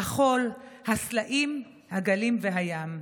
החול, סלעים, גלים וים".